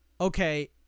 okay